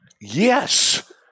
Yes